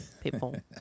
People